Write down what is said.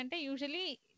usually